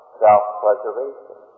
self-preservation